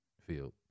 field